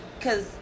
cause